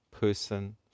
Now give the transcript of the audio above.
person